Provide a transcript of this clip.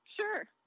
Sure